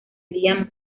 liam